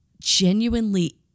genuinely